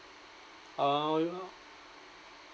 uh even